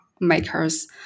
makers